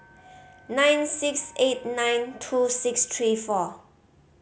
nine six eight nine two six three four